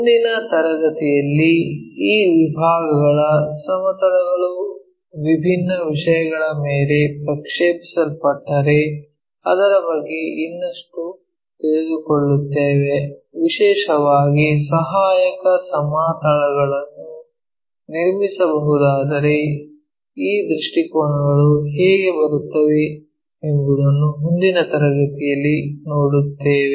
ಮುಂದಿನ ತರಗತಿಯಲ್ಲಿ ಈ ವಿಭಾಗಗಳ ಸಮತಲಗಳು ವಿಭಿನ್ನ ವಿಷಯಗಳ ಮೇಲೆ ಪ್ರಕ್ಷೇಪಿಸಲ್ಪಟ್ಟರೆ ಅದರ ಬಗ್ಗೆ ಇನ್ನಷ್ಟು ತಿಳಿದುಕೊಳ್ಳುತ್ತೇವೆ ವಿಶೇಷವಾಗಿ ಸಹಾಯಕ ಸಮತಲಗಳನ್ನು ನಿರ್ಮಿಸಬಹುದಾದರೆ ಈ ದೃಷ್ಟಿಕೋನಗಳು ಹೇಗೆ ಬರುತ್ತವೆ ಎಂಬುದನ್ನು ಮುಂದಿನ ತರಗತಿಯಲ್ಲಿ ನೋಡುತ್ತೇವೆ